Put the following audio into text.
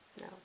No